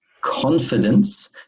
confidence